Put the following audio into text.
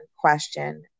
question